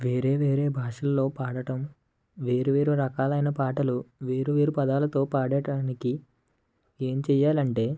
వేరే వేరే భాషల్లో పాడటం వేరు వేరు రకాలైన పాటలు వేరువేరు పదాలతో పాడటానికి ఏమి చేయాలంటే